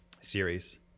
series